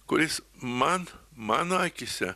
kuris man mano akyse